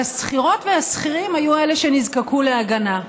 והשכירות והשכירים היו שנזקקו להגנה.